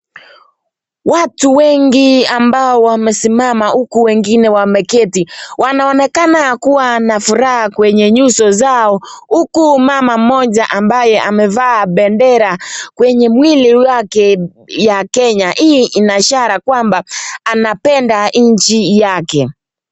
Watu wengi ambao wamesimama huku wengine wameketi ,wanaonekana kuwa na furaha kwenye nyuso zao ,huku mama mmoja ambaye amevaa bendera kwenye mwili wake ya Kenya hii Ina ishara kwamba anapenda nchi yake.